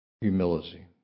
humility